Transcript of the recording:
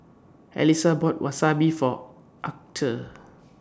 Alisa bought Wasabi For Archer